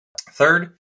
Third